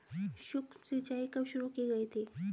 सूक्ष्म सिंचाई कब शुरू की गई थी?